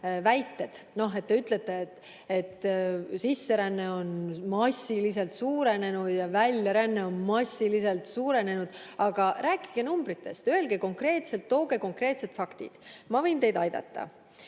väited. Te ütlete, et sisseränne on massiliselt suurenenud, väljaränne on massiliselt suurenenud. Aga rääkige numbritest! Öelge konkreetselt, tooge konkreetsed faktid! Ma võin teid aidata.